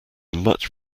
much